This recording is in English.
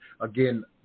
again